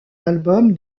album